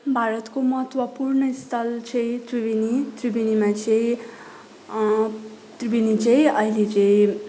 भारतको महत्त्वपूर्ण स्थल चाहिँ त्रिवेणी त्रिवेणीमा चाहिँ त्रिवेणी चाहिँ अहिले चाहिँ